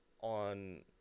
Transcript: on